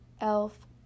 Elf